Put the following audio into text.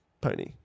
pony